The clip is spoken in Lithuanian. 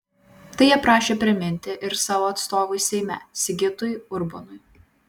tai jie prašė priminti ir savo atstovui seime sigitui urbonui